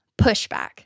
pushback